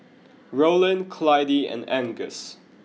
Rollin Clydie and Angus